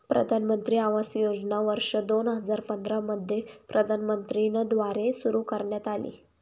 प्रधानमंत्री आवास योजना वर्ष दोन हजार पंधरा मध्ये प्रधानमंत्री न द्वारे सुरू करण्यात आली